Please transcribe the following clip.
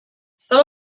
some